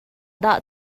dah